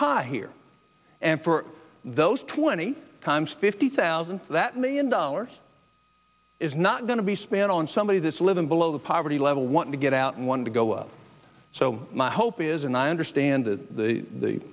pie here and for those twenty times fifty thousand that million dollars is not going to be spent on somebody this living below the poverty level want to get out and want to go up so my hope is and i understand that